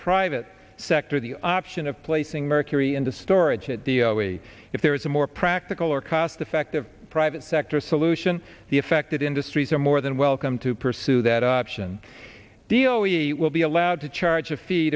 private sector the option of placing mercury into storage it d o a if there is a more practical or cost effective private sector solution the affected industries are more than welcome to pursue that option deal we will be allowed to charge a fee